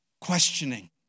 questioning